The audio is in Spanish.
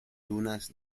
dunas